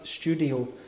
studio